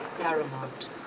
Paramount